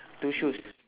two shoes